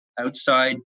outside